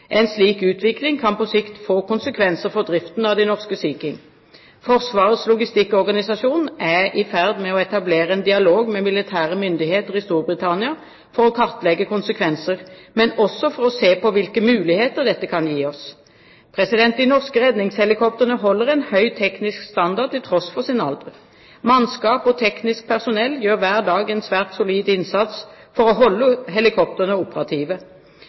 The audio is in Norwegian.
En slik utvikling kan på sikt få konsekvenser for driften av de norske Sea King. Forsvarets logistikkorganisasjon er i ferd med å etablere en dialog med militære myndigheter i Storbritannia for å kartlegge konsekvenser, men også for å se på hvilke muligheter dette kan gi oss. De norske redningshelikoptrene holder en høy teknisk standard til tross for sin alder. Mannskap og teknisk personell gjør hver dag en svært solid innsats for å holde helikoptrene operative.